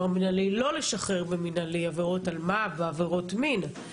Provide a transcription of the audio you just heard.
המנהלי לא לשחרר במנהלי עבירות אלמ"ב ועבירות מין.